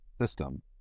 system